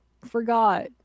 forgot